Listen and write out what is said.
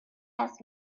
asked